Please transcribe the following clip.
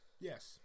Yes